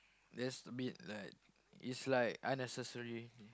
that's meet like is like unnecessary